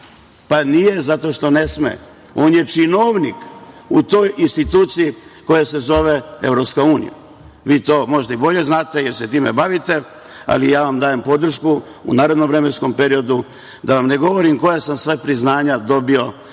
Nije zato što ne sme. On je činovnik u toj instituciji koja se zove EU. Vi to možda i bolje znate, jer se time bavite, ali ja vam dajem podršku u narednom vremenskom periodu. Da vam ne govorim koja sam sve priznanja dobio